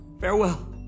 Farewell